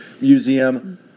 Museum